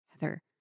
Heather